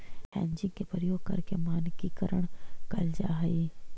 hedging के प्रयोग करके मानकीकरण कैल जा हई